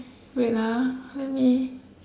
wait ah let me